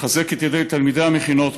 לחזק את ידי תלמידי המכינות,